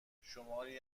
شماری